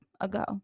ago